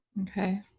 Okay